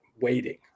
waiting